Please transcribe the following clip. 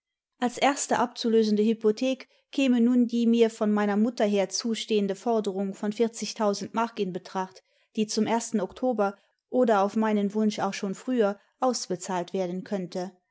als erste abzulösende hypothek käme nun die mir von meiner mutter her zustehende forderung von vierzigtausend mark in betracht die zum ersten oktober oder auf meinen wunsch auch schon früher ausbezahlt werden könnte